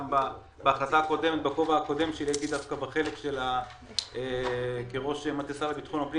גם בהחלטה הקודמת בכובע הקודם שלי הייתי ראש מטה השר לביטחון פנים,